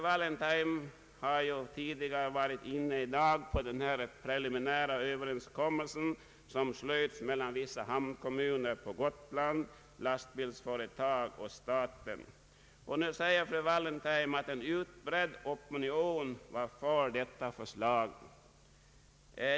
varit inne på frågan om denna Ppreliminära överenskommelse som slöts mellan vissa hamnkommuner på Gotland, lastbilsföretag och staten. Fru Wallentheim säger att en utbredd opinion var för detta förslag.